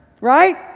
right